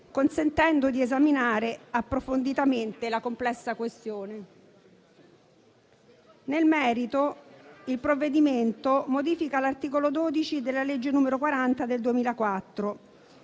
consentendo di esaminare approfonditamente la complessa questione. Nel merito, il provvedimento modifica l'articolo 12 della legge n. 40 del 2004,